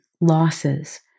losses